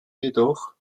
jedoch